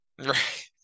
Right